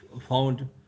found